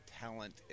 talent